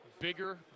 bigger